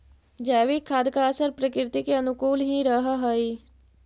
जैविक खाद का असर प्रकृति के अनुकूल ही रहअ हई